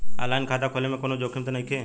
आन line खाता खोले में कौनो जोखिम त नइखे?